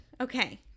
okay